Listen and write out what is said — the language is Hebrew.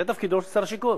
זה תפקידו של שר השיכון.